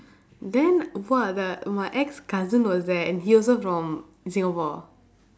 then !wah! the my ex cousin was there and he also from singapore